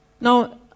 now